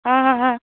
आं हां हां